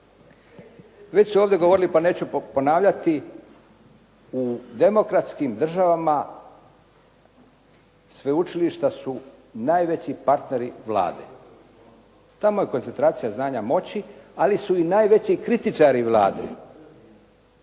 Već su ovdje govorili pa neću ponavljati. U demokratskim državama sveučilišta su najveći partneri vlade. Tamo je koncentracija znanja moći, ali su i najveći kritičari vlade